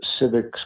civics